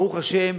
ברוך השם,